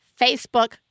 Facebook